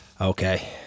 Okay